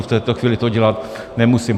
V této chvíli to dělat nemusím.